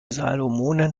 salomonen